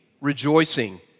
rejoicing